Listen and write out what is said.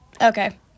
Okay